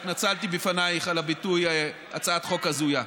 התנצלתי בפנייך על הביטוי הצעת חוק הזויה.